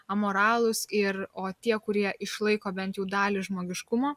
amoralūs ir o tie kurie išlaiko bent jau dalį žmogiškumo